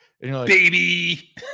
Baby